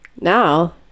now